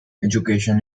education